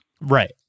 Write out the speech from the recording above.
Right